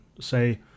say